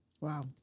Wow